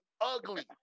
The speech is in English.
ugly